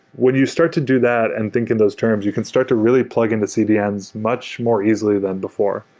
when you start to do that and think in those terms, you can start to really plug in the cdns much more easily than before,